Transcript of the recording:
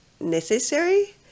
necessary